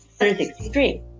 163